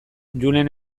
julen